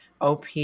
OP